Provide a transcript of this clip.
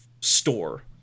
store